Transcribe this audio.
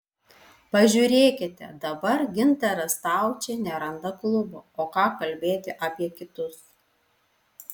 pažiūrėkite dabar gintaras staučė neranda klubo o ką kalbėti apie kitus